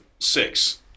six